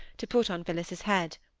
to put on phillis's head.